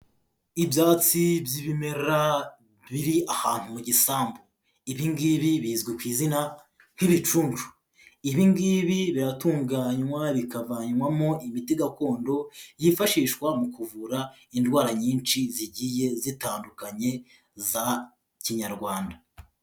Ibyatsi by'ibimera biri ahantu mu gisambu, ibi ngibi bizwi ku izina nk'ibicuncu, ibi ngibi biratunganywa rikavanwamo imiti gakondo yifashishwa mu kuvura indwara nyinshi zigiye zitandukanye za kinyarwanda.